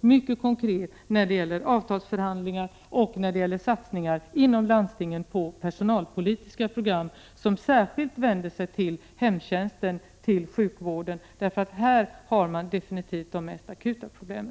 mycket konkret när det gäller avtalsförhandlingar och när det gäller satsningar inom landstingen på personalpolitiska program, som särskilt vänder sig till hemtjänsten och sjukvården. Här har man avgjort de mest akuta problemen.